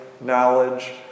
knowledge